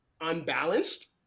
unbalanced